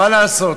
מה לעשות.